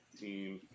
Team